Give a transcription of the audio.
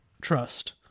trust